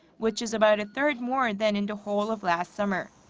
which is about a third more and than in the whole of last summer.